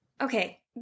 Okay